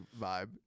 vibe